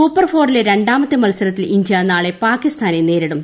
സൂപ്പർഫോറിലെ രണ്ടാമത്തെ മത്സരത്തിൽ ഇന്ത്യ നാളെ പാക്കിസ്ഥാനെ നേരിടും